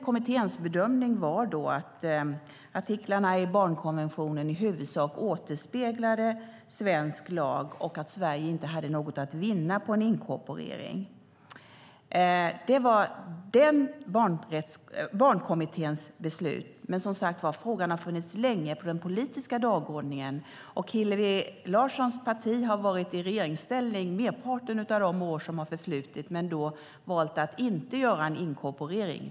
Kommitténs bedömning var då att artiklarna i barnkonventionen i huvudsak återspeglade svensk lag och att Sverige inte hade något att vinna på en inkorporering. Det var den barnkommitténs beslut, men frågan har som sagt var funnits länge på den politiska dagordningen. Hillevi Larssons parti har varit i regeringsställning merparten av de år som har förflutit men har valt att inte göra en inkorporering.